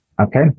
Okay